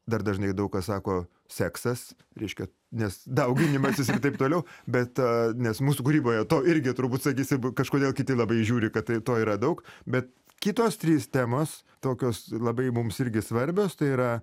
dar dažnai daug kas sako seksas reiškia nes dauginimasis ir taip toliau bet nes mūsų kūryboje to irgi turbūt sakysim kažkodėl kiti labai įžiūri kad tai to yra daug bet kitos trys temos tokios labai mums irgi svarbios tai yra